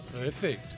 Perfect